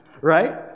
Right